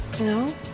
No